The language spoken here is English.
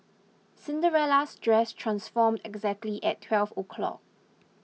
Cinderella's dress transformed exactly at twelve o'clock